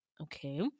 Okay